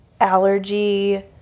allergy